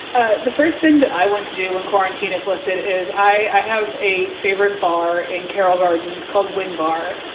ah the first thing that i went to do in quarantine is lifted is i have a favorite. bar in carroll gardens called wing. bar.